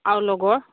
আৰু লগৰ